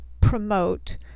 promote